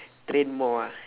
train more ah